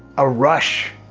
a rush.